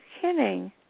kidding